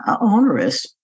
onerous